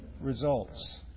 results